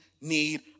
need